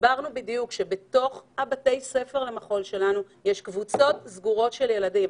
הסברנו בדיוק שבתוך בתי הספר למחול שלנו יש קבוצות סגורות של ילדים.